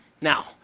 Now